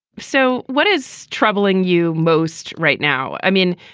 so what is troubling you most right now? i mean,